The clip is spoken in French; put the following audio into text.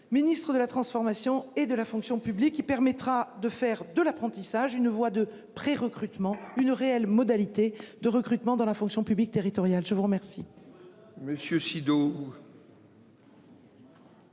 Ministre de la Transformation et de la fonction publique qui permettra de faire de l'apprentissage, une voie de prérecrutement une réelle modalités de recrutement dans la fonction publique territoriale. Je vous remercie.